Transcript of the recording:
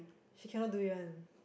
she cannot do it one